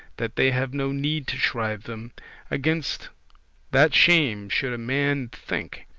that they have no need to shrive them against that shame should a man think,